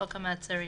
חוק המעצרים),